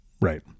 Right